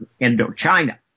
Indochina